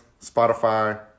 Spotify